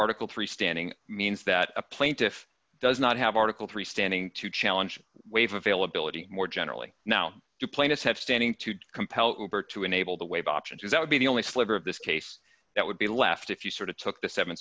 article three standing means that a plaintiff does not have article three standing to challenge waive availability more generally now to plaintiff have standing to compel cooper to enable the waive options that would be the only sliver of this case that would be left if you sort of took the seven